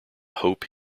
hope